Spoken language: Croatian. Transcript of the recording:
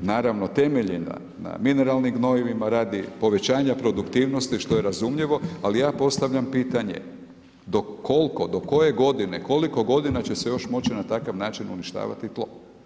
naravno temeljena na mineralnim gnojivima, radi povećanja produktivnosti, što je razumljivo, ali ja postavljam pitanje, do koliko, do koje godina, koliko godina će se još moći na takav način uništavati tlo.